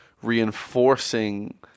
reinforcing